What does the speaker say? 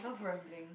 love rambling